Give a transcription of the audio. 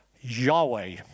Yahweh